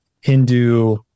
Hindu